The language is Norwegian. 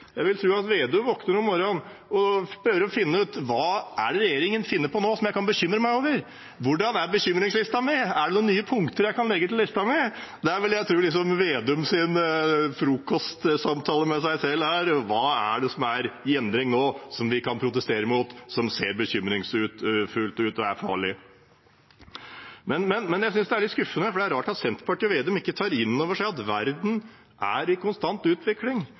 Jeg vil tro at Slagsvold Vedum våkner «om morran» og prøver å finne ut hva det er regjeringen finner på nå, som han kan bekymre seg over: Hvordan er bekymringslista mi? Er det noen punkter jeg kan legge til på lista mi? Der vil jeg tro at Slagsvold Vedums frokostsamtale med seg selv er: Hva er det som er i endring nå, som vi kan protestere mot, som ser bekymringsfullt ut og er farlig? Men jeg synes det er litt skuffende, for det er rart at Senterpartiet og Slagsvold Vedum ikke tar inn over seg at verden er i konstant utvikling,